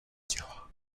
těla